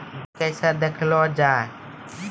Bill कैसे देखा जाता हैं?